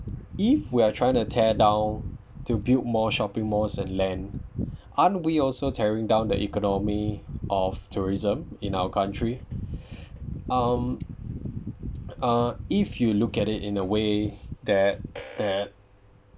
if we are trying to tear down to build more shopping malls and land aren't we also tearing down the economy of tourism in our country um uh if you look at it in a way that that